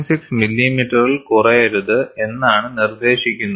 6 മില്ലിമീറ്ററിൽ കുറയരുത് എന്നാണ് നിർദ്ദേശിക്കുന്നത്